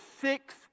six